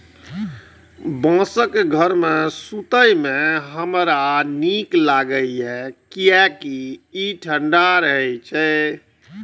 बांसक घर मे सुतै मे हमरा नीक लागैए, कियैकि ई ठंढा रहै छै